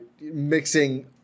mixing